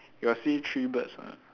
you got see three birds or not